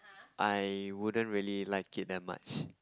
I wouldn't really like it that much